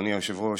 אדוני היושב-ראש,